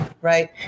right